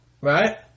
Right